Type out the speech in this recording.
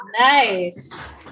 Nice